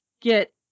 get